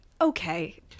okay